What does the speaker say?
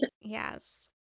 Yes